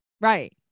Right